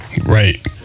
Right